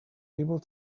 able